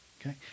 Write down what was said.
Okay